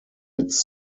its